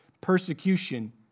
persecution